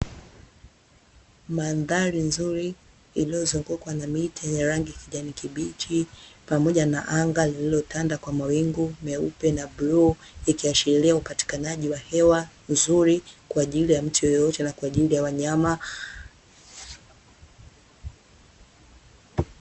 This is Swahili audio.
Mandhari nzuri iliyozungukwa na miti ya kijani kibichi pamoja na anga lililotanda kwa mawingu meupe na bluu, ikiashiria upatikanaji wa hewa nzuri kwa ajili ya mtu yeyote na kwa ajili ya wanyama.